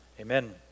amen